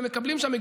ומקבלים שם.